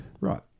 Right